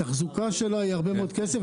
התחזוקה שלה היא הרבה מאוד כסף,